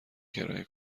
کرایه